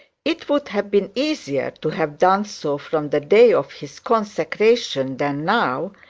it would have been easier to have done so from the day of his consecration than now,